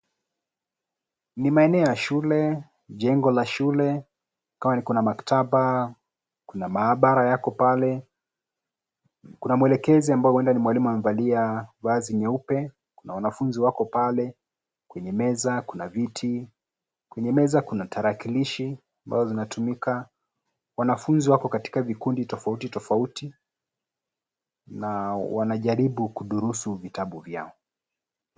Ni maeneo ya shule. Jengo la shule, pale kuna maktaba, kuna maabara yako pale. Kuna mwelekezi ambaye huenda ni mwalimu amevalia vazi nyeupe. Kuna wanafunzi wako pale kwenye meza, kuna viti. Kwenye meza kuna tarakilishi ambao zinatumika. Wanafunzi wako katika vikundi tofauti tofauti, na wanajaribu kudurusu vitabu vyao.